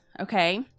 okay